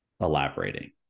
elaborating